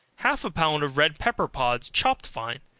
half a pound of red pepper pods chopped fine,